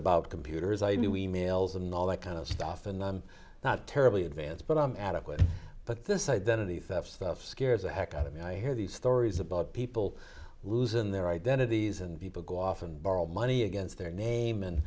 about computers i knew e mails and all that kind of stuff and i'm not terribly advanced but i'm adequate but this identity theft stuff scares the heck out of me i hear these stories about people losing their identities and people go off and borrow money against their name and